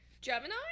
gemini